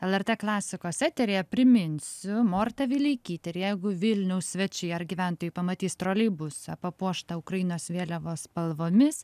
lrt klasikos eteryje priminsiu morta vileikytė ir jeigu vilniaus svečiai ar gyventojai pamatys troleibusą papuoštą ukrainos vėliavos spalvomis